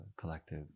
collective